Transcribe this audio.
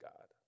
God